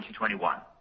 2021